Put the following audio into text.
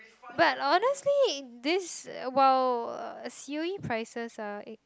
but honestly this while uh C_O_E prices are like